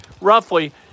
roughly